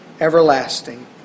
everlasting